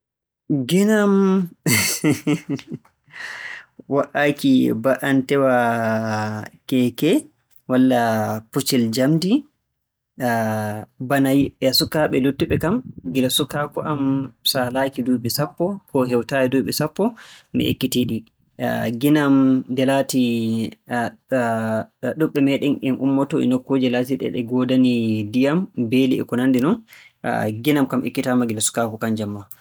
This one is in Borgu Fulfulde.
Nginam wa"aaki ba"anteewa keeke walla puccel-njamndi, bana e- sukaaɓe luttuɓe kam, gila sukaaku kam saalaaki duuɓi sappo koo heewtaayi duuɓi sappo mi ekkitiiɗi. Nginam nde laatii, ɗuuɗɓe meeɗen en ummoto e nokkuuje laatiiɗe e ɗe ngoodani ndiyam, beeli e ko nanndi non. Nginam kam ekkitaama gila sukaaku kannjam maa.